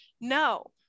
No